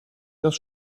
das